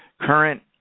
current